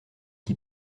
qui